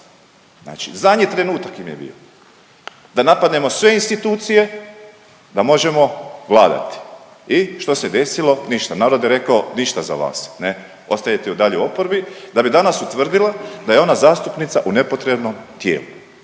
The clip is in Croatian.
znači zadnji trenutak im je bio, da napadnemo sve institucije da možemo vladati. I što se desilo? Ništa, narod je rekao ništa za vas, ne, ostajete i dalje u oporbi da bi danas utvrdila da je ona zastupnica u nepotrebnom tijelu.